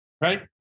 Right